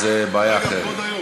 זו בעיה אחרת.